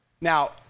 Now